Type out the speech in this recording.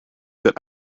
that